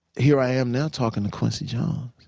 here i am now talking to quincy jones.